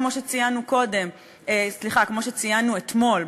כפי שציינו אתמול,